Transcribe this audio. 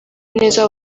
neza